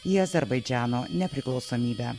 į azerbaidžano nepriklausomybę